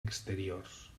exteriors